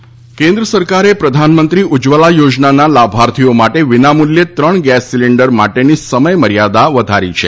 cabinet નિર્ણય કેન્દ્ર સરકારે પ્રધાનમંત્રી ઉજ્જવલા યોજનાના લાભાર્થીઓ માટે વિનામુલ્યે ત્રણ ગેસ સિલિન્ડર માટેની સમયમર્યાદા વધારી દીધી છે